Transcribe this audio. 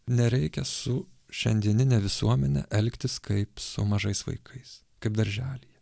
nereikia su šiandienine visuomene elgtis kaip su mažais vaikais kaip darželyje